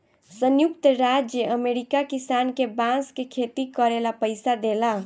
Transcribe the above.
संयुक्त राज्य अमेरिका किसान के बांस के खेती करे ला पइसा देला